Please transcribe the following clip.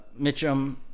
Mitchum